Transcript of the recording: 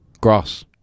grass